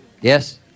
Yes